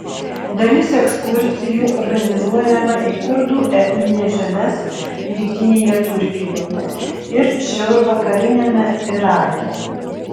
dalis ekskursijų organizuojama į kurdų etnines žemes rytinėje turkijoje ir šiaurvakariniame irake